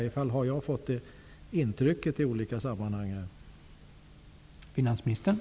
Jag har i alla fall i olika sammanhang fått det intrycket.